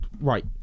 right